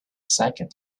seconds